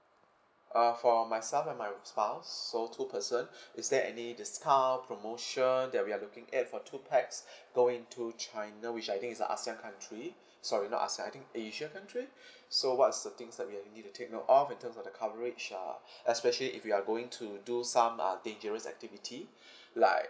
uh for myself and my uh spouse so two person is there any discount promotion that we are looking at for two pax going into china which I think is a ASEAN country sorry not ASEAN I think asia country so what's the things that we'll need to take note of in terms of the coverage uh especially if we're going to do some uh dangerous activity like